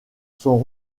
sont